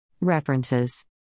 References